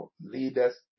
leaders